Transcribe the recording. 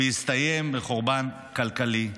ויסתיים בחורבן כלכלי.